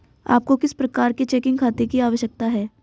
आपको किस प्रकार के चेकिंग खाते की आवश्यकता है?